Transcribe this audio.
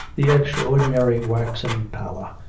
the extraordinary waxen pallor,